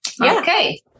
Okay